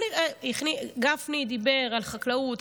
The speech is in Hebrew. גפני דיבר על חקלאות,